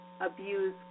abuse